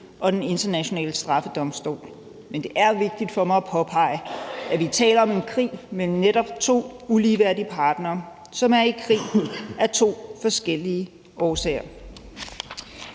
og Den Internationale Straffedomstol. Men det er vigtigt for mig at påpege, at vi taler om en krig mellem netop to ikke ligeværdige partnere, som er i krig af to forskellige årsager.